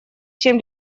чем